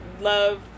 love